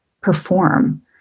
perform